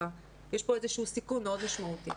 יש פה איזשהו סיכון מאוד משמעותי.